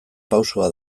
pausoa